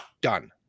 done